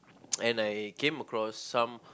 and I came across some